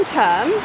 term